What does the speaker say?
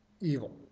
evil